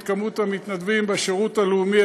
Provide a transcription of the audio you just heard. את מספר המתנדבים בשירות הלאומי-אזרחי,